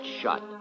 shut